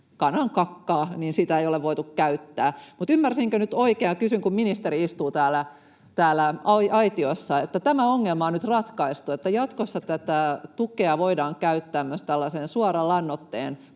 kanankakkaa, sitä ei ole voitu käyttää. Mutta ymmärsinkö nyt oikein ja kysyn, kun ministeri istuu täällä aitiossa, että tämä ongelma on nyt ratkaistu, että jatkossa tätä tukea voidaan käyttää myös suoran lannoitteen